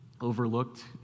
Overlooked